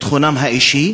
לביטחונם האישי,